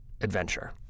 adventure